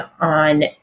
on